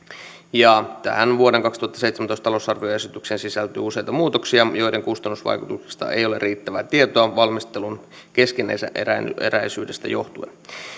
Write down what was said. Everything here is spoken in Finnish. ja tähän vuoden kaksituhattaseitsemäntoista talousarvioesitykseen sisältyy useita muutoksia joiden kustannusvaikutuksista ei ole riittävää tietoa valmistelun keskeneräisyydestä johtuen